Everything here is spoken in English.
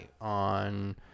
on